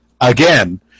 again